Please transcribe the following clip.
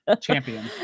champion